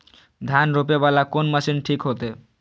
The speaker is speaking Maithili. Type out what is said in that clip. धान रोपे वाला कोन मशीन ठीक होते?